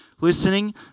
listening